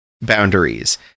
boundaries